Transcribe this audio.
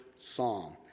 Psalm